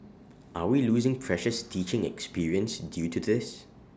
are we losing precious teaching experience due to this